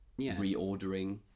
reordering